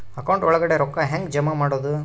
Account ಒಳಗಡೆ ರೊಕ್ಕ ಹೆಂಗ್ ಜಮಾ ಮಾಡುದು?